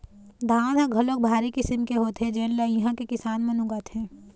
धान ह घलोक भारी किसम के होथे जेन ल इहां के किसान मन उगाथे